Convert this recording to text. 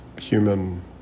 human